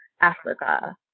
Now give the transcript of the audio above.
Africa